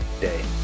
day